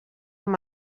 amb